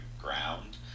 ground